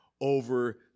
over